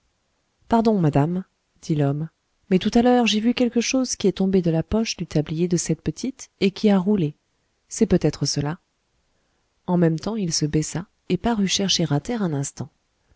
pardon madame dit l'homme mais tout à l'heure j'ai vu quelque chose qui est tombé de la poche du tablier de cette petite et qui a roulé c'est peut-être cela en même temps il se baissa et parut chercher à terre un instant